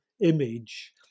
image